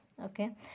okay